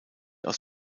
aus